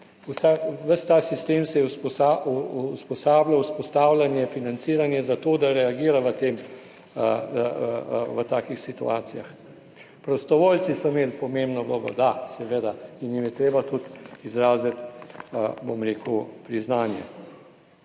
ves ta sistem se je usposabljal, vzpostavljen, financiran je za to, da reagira v takih situacijah. Prostovoljci so imeli pomembno vlogo, da, seveda, in jim je treba tudi izraziti priznanje.